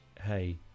hey